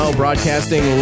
broadcasting